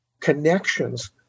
connections